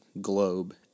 globe